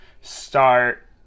start